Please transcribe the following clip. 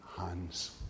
hands